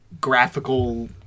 graphical